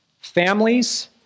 families